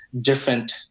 different